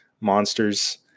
monsters